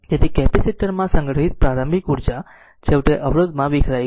તેથી કેપેસિટર માં સંગ્રહિત પ્રારંભિક ઉર્જા છેવટે અવરોધમાં વિખેરાઈ ગઈ